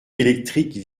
électrique